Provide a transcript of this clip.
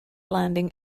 landing